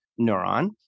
neuron